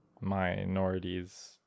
minorities